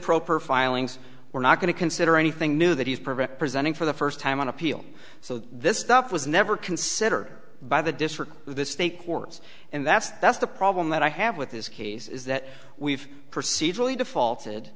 proper filings we're not going to consider anything new that he's perfect presenting for the first time on appeal so this stuff was never considered by the district the state courts and that's that's the problem that i have with this case is that we've procedurally defaulted